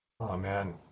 Amen